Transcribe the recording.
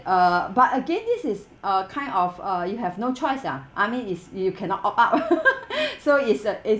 uh but again this is uh kind of uh you have no choice ah I mean it's you cannot opt out so it's a it's